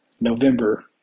November